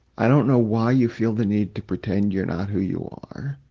i don't know why you feel the need to pretend you're not who you are.